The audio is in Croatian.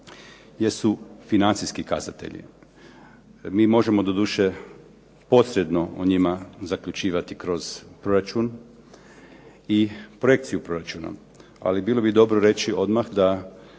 jesu financijski kazatelji. Mi možemo doduše posredno o njima zaključivati kroz proračun i projekciju proračuna. Ali bilo bi dobro reći odmah da